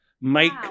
make